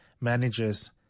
manages